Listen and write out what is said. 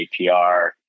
APR